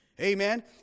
Amen